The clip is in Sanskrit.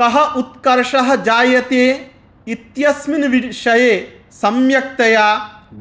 कः उत्कर्षः जायते इत्यस्मिन् विषये सम्यक्तया